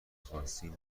خواستین